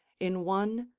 in one,